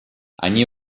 они